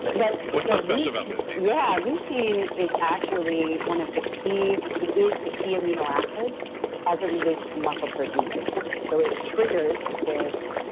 but but what's so ah special about leucine? yeah, leucine is actually one of the key. it is the key amino acid as it relates to muscle protein synthesis so, it triggers this